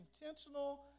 intentional